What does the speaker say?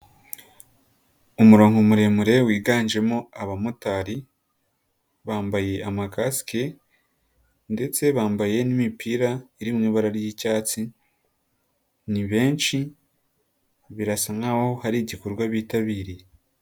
Umurongo muremure wiganjemo abamotari, bambaye amakasike ndetse bambaye n'imipira iri mu ibara ry'icyatsi, ni benshi birasa nkaho hari igikorwa bitabiriye.